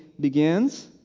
begins